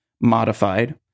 modified